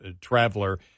traveler